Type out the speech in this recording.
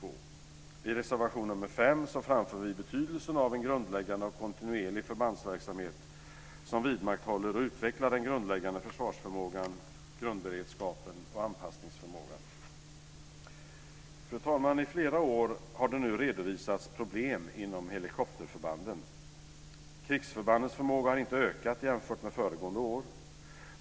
I reservation 5 framför vi betydelsen av en grundläggande och kontinuerlig förbandsverksamhet som vidmakthåller och utvecklar den grundläggande försvarsförmågan, grundberedskapen och anpassningsförmågan. Fru talman! I flera år har det nu redovisats problem inom helikopterförbanden. Krigsförbandens förmåga har inte ökat jämfört med föregående år.